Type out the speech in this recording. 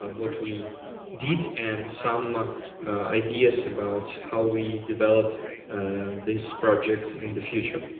what we did, and some ideas about how we develop this project in the future.